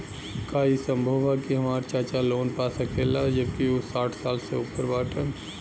का ई संभव बा कि हमार चाचा लोन पा सकेला जबकि उ साठ साल से ऊपर बाटन?